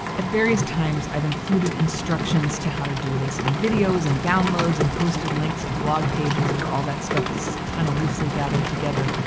at various times i've included instructions to how to do this in videos and downloads and posted links to blog pages where all that stuff is kind of loosely gathered together,